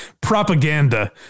propaganda